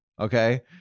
okay